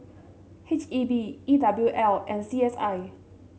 H E B E W L and C S I